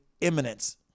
imminence